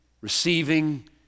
receiving